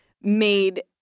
made